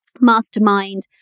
mastermind